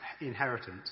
inheritance